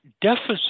deficit